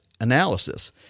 analysis